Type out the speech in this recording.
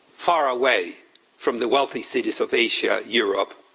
far away from the wealthy cities of asia, europe,